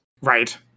Right